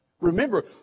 Remember